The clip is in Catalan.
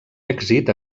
èxit